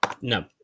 No